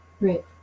Right